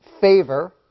favor